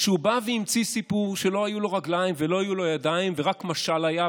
שהוא בא והמציא סיפור שלא היו לו רגליים ולא היו לו ידיים ורק משל היה,